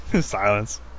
Silence